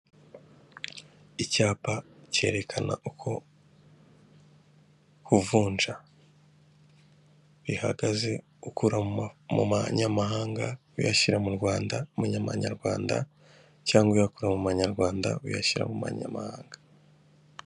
Icyapa cyerekana uko kuvunja bihagaze ukura mu mu manyamahanga uyashyira mu Rwanda manyarwanda cg uyakura mu manyarwanda uyaashyira mu manyamahanga.